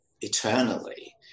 eternally